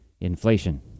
inflation